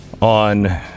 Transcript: on